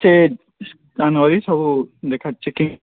ସେ ସ୍କାନ୍ କରିକି ସବୁ ଦେଖା ଚେକିଙ୍ଗ୍